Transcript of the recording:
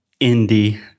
indie